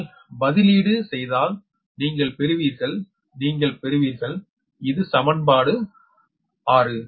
நீங்கள் பதிலீடு செய்தால் நீங்கள் பெறுவீர்கள் நீங்கள் பெறுவீர்கள் இது சமன்பாடு 6